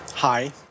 Hi